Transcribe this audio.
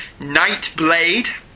Nightblade